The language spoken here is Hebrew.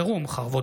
חרבות